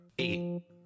eight